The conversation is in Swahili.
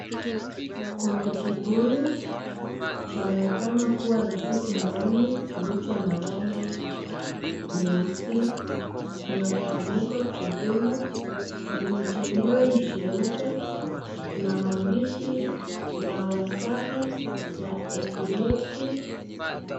Kuna kibuyu chaoonekana kuwa na kitu ndani kilicho na rangi nyeusi. Kuna kifuniko chekundu, kibuyu chenyewe ni cheupe kinamaandishi dawa safi ya epilepsy .